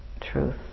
truth